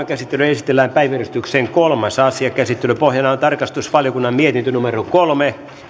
käsittelyyn esitellään päiväjärjestyksen kolmas asia käsittelyn pohjana on tarkastusvaliokunnan mietintö kolme